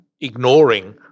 ignoring